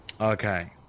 Okay